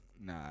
Nah